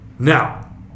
Now